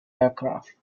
aircraft